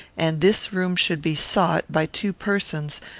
and this room should be sought, by two persons,